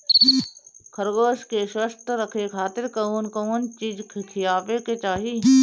खरगोश के स्वस्थ रखे खातिर कउन कउन चिज खिआवे के चाही?